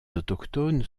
autochtones